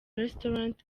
restaurant